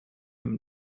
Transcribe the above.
him